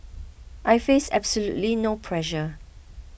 I face absolutely no pressure